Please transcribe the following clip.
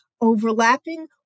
overlapping